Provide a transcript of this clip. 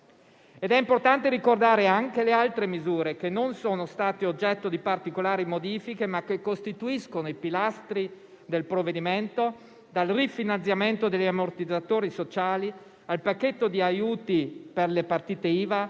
È importante ricordare anche le altre misure, che non sono state oggetto di particolari modifiche, ma che costituiscono i pilastri del provvedimento: dal rifinanziamento degli ammortizzatori sociali al pacchetto di aiuti per le partite IVA,